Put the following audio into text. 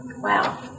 wow